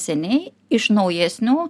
seniai iš naujesnių